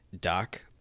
Doc